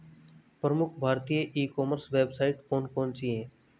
प्रमुख भारतीय e commerce website कौन कौन सी हैं?